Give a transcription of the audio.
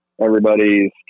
Everybody's